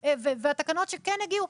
התקנות שכן הגיעו,